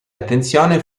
attenzione